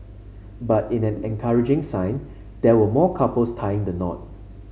but in an encouraging sign there were more couples tying the knot